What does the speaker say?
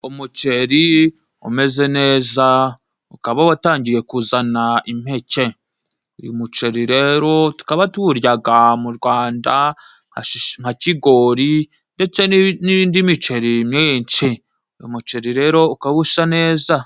Umuceri umeze neza，ukaba watangiye kuzana impeke. Uyu muceri rero tukaba tuwuryaga mu Rwanda， nka kigori n'indi miceri myinshi. umuceri rero ukaba usa neza.